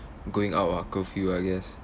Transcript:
going out ah curfew I guess